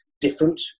different